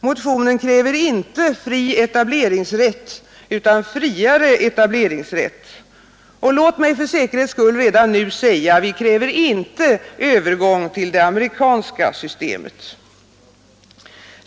Motionen kräver inte fri etableringsrätt, utan friare etableringsrätt — och låt mig för säkerhets skull redan nu säga: Vi kräver inte övergång till det amerikanska systemet.